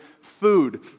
food